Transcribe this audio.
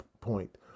point